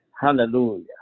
Hallelujah